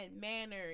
manner